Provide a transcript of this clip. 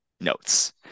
notes